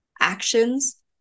actions